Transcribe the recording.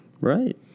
right